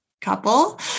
couple